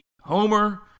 homer